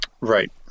Right